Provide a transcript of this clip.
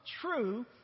true